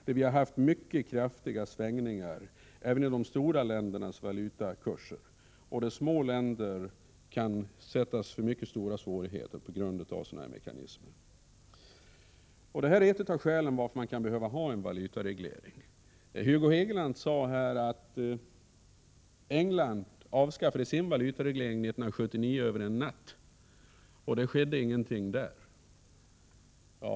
Det har förekommit mycket kraftiga svängningar även i de stora ländernas valutakurser, och små länder kan utsättas för mycket stora svårigheter på grund av sådana här mekanismer. Detta är ett av skälen till att man kan behöva ha en valutareglering. Hugo Hegeland sade att England avskaffade sin valutareglering 1979 över en natt, och det skedde ingenting där.